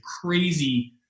crazy